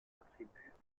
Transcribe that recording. attributs